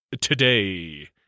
today